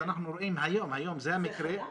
זה חדש?